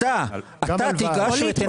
אתה תיגש ותנסה ותראה מול מה אתה עומד.